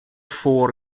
four